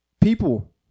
people